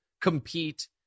compete